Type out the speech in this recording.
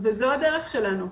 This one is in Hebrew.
וזו הדרך שלנו.